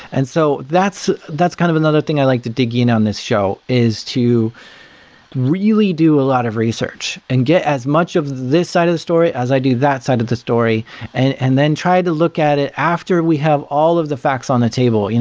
and so that's that's kind of another thing i like to dig in on this show, is to really do a lot of research and get as much of this side of the story as i do that side of the story and and then try to look at it after we have all of the facts on the table,